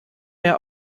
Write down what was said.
mehr